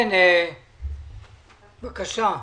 בבקשה.